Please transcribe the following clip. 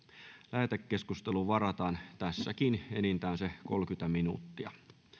lähetekeskusteluun varataan tässäkin enintään kolmekymmentä minuuttia